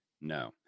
No